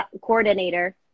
coordinator